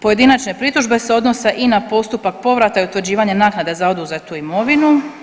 Pojedinačne pritužbe se odnose i na postupak povrata i utvrđivanje naknade za oduzetu imovinu.